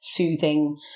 Soothing